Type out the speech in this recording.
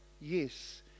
Yes